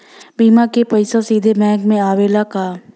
बीमा क पैसा सीधे बैंक में आवेला का?